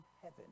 heaven